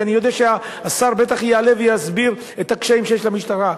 ואני יודע שהשר בטח יעלה ויסביר את הקשיים שיש למשטרה.